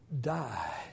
die